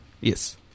yes